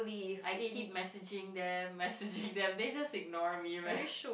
I keep messaging them messaging them they just ignore me